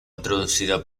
introducida